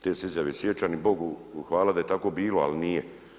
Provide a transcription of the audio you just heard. Te se izjave sjećam i Bogu hvala da je tako bilo ali nije.